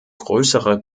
größere